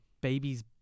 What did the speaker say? Babies